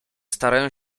starają